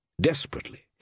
Desperately